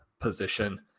position